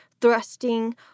thrusting